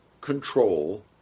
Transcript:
control